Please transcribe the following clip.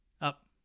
Up